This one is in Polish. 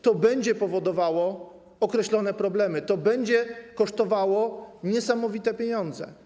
To będzie powodowało określone problemy, to będzie kosztowało niesamowite pieniądze.